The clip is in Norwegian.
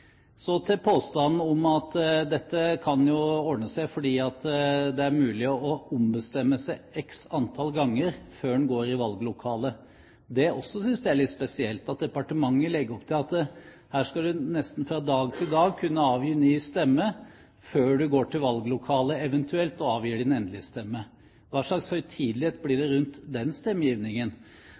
er mulig å ombestemme seg x antall ganger før man går i valglokalet. Det synes jeg også er spesielt – at departementet legger opp til at her skal du nesten fra dag til dag kunne avgi ny stemme, før du eventuelt går til valglokalet og avgir din endelige stemme. Hva slags høytidelighet blir det rundt den stemmegivningen?